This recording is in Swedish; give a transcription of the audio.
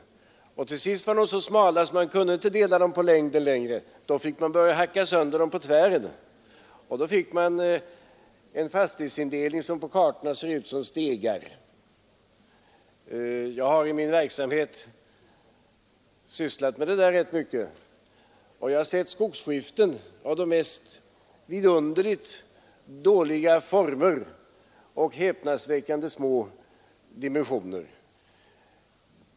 Till sist var de så smala att man inte kunde dela dem på längden mer, utan man fick börja hacka sönder dem på tvären. Då fick man en fastighetsindelning som på kartorna ser ut som stegar. Jag har i min verksamhet sysslat med detta rätt mycket och jag har sett skogsskiften av de mest vidunderligt dåliga former och häpnadsväckande små dimensioner.